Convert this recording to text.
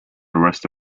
rest